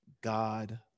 God